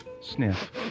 sniff